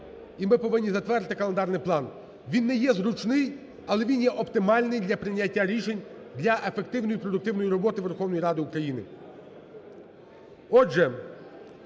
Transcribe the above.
і ми повинні затвердити календарний план. Він не є зручний, але він є оптимальний для прийняття рішень, для ефективної, продуктивної роботи Верховної Ради України.